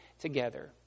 together